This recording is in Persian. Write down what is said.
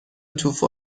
توفو